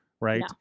right